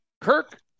Kirk